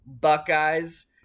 Buckeyes